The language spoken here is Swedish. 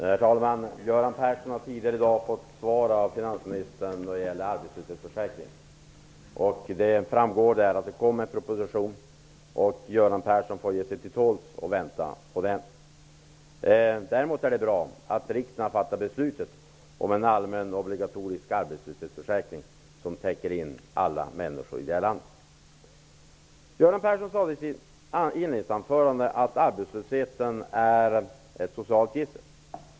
Herr talman! Göran Persson har tidigare i dag fått svar av finansministern då det gäller arbetslöshetsförsäkringen. Därav framgick att det kommer en proposition. Göran Persson får ge sig till tåls och vänta på den. Däremot är det bra att riksdagen har fattat beslut om en allmän, obligatorisk arbetslöshetsförsäkring, som täcker in alla människor i det här landet. Göran Persson sade i sitt inledningsanförande att arbetslösheten är ett socialt gissel.